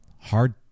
hard